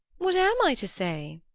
what am i to say?